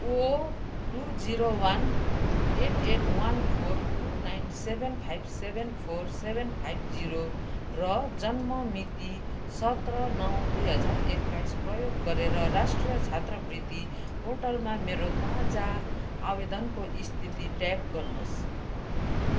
ओ two zero one eight eight one four two nine seven five seven four seven five zero र जन्म मिति सत्र नौ दुई हजार एक्काइस प्रयोग गरेर राष्ट्रिय छात्रवृत्ति पोर्टलमा मेरो ताजा आवेदनको स्थिति ट्र्याक गर्नु होस्